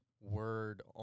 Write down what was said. word